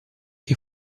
che